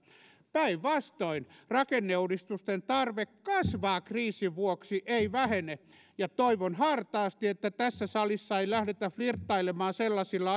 päinvastoin rakenneuudistusten tarve kasvaa kriisin vuoksi ei vähene toivon hartaasti että tässä salissa ei lähdetä flirttailemaan sellaisilla